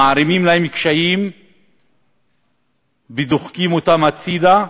ומערימים עליהם קשיים ודוחקים אותם הצדה.